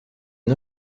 une